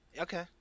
okay